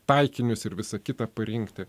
taikinius ir visa kita parinkti